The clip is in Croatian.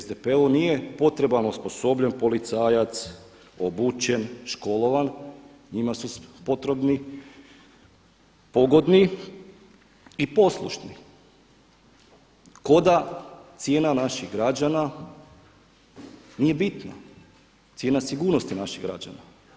SDP-u nije potreban osposobljen policajac, obučen, školovan, njima su potrebni pogodni i poslušni, kao da cijena naših građana nije bitna, cijena sigurnosti naših građana.